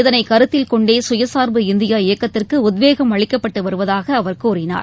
இதனைக் கருத்தில் கொண்டே கயசார்பு இந்தியா இயக்கத்திற்கு உத்வேகம் அளிக்கப்பட்டு வருவதாக அவர் கூறினார்